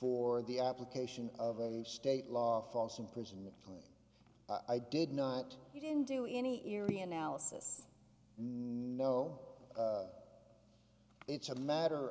for the application of a state law false imprisonment and i did not you didn't do any eerie analysis no it's a matter